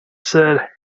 said